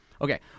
Okay